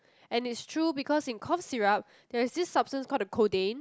and it's true because in cough syrup there is this substance called the codeine